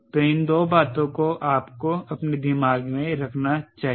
तो इन 2 बातों को आपको अपने दिमाग में रखना चाहिए